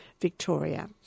Victoria